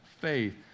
faith